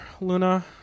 Luna